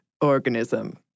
organism